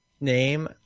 name